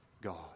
God